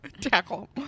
Tackle